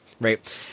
right